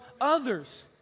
others